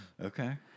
okay